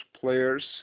players